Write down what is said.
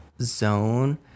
zone